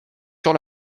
sur